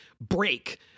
break